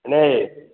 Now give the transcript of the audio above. என்னாது